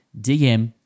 DM